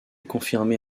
confirmée